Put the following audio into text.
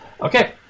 Okay